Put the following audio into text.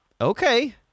okay